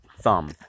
thumb